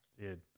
Dude